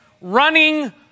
running